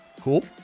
Cool